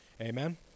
Amen